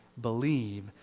believe